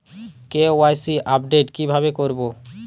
KYC update কিভাবে করবো?